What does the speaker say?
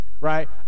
right